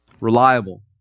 Reliable